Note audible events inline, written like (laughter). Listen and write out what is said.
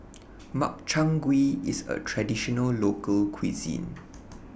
Makchang Gui IS A Traditional Local Cuisine (noise)